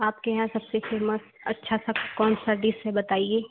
आपके यहाँ सबसे फेमस अच्छा सा कौनसा डिश है बताइए